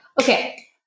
Okay